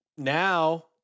Now